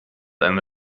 eine